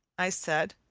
i said,